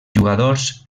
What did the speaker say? jugadors